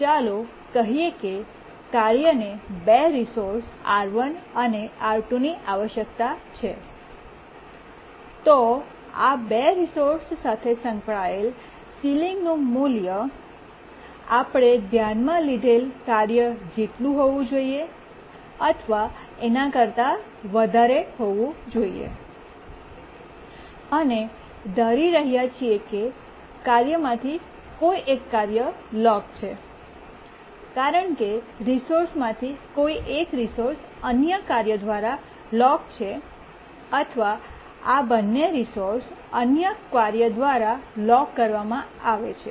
ચાલો કહીએ કે કાર્યને બે રિસોર્સ R1 અને R2 ની આવશ્યકતા છે તો આ બે રિસોર્સ સાથે સંકળાયેલ સીલીંગનું મૂલ્ય આપણે ધ્યાનમાં લીધેલ કાર્ય જેટલી હોવી જોઈએ અથવા એના કરતાં વધારે હોવી જોઈએ અને ધારી રહ્યા છીએ કે કાર્યમાંથી કોઈ એક કાર્ય લોક છે કારણ કે રિસોર્સમાંથી કોઈ એક રિસોર્સ અન્ય કાર્ય દ્વારા લોક છે અથવા આ બંને રિસોર્સ અન્ય કાર્ય દ્વારા લોક કરવામાં આવે છે